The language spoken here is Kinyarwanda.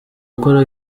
gukora